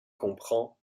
comprend